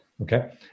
okay